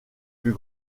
plus